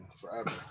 forever